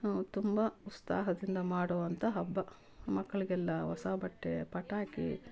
ತುಂಬ ಉತ್ಸಾಹದಿಂದ ಮಾಡುವಂಥ ಹಬ್ಬ ಮಕ್ಳಿಗೆಲ್ಲ ಹೊಸ ಬಟ್ಟೆ ಪಟಾಕಿ